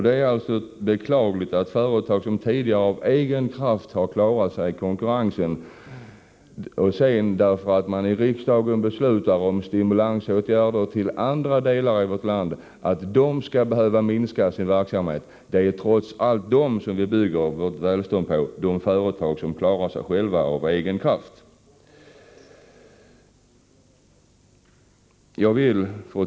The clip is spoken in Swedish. Det är beklagligt att företag måste sluta med sin verksamhet därför att riksdagen beslutar om stimulansåtgärder till företag i andra delar av landet. Det är trots allt de företag som klarar sig själva som vi bygger vårt välstånd på.